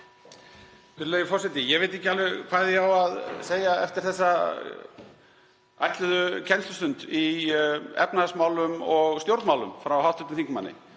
Virðulegi forseti. Ég veit ekki alveg hvað ég á að segja eftir þessa ætluðu kennslustund í efnahagsmálum og stjórnmálum frá hv. þingmanni.